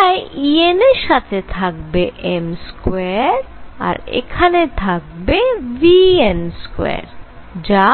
তাই En এর সাথে থাকবে m2 আর এখানে থাকবে vn2 যা